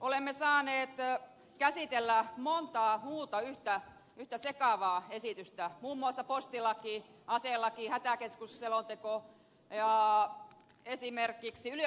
olemme saaneet käsitellä montaa muuta yhtä sekavaa esitystä muun muassa postilakia aselakia hätäkeskusselontekoa ja esimerkiksi yliopistolakia